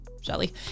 Shelly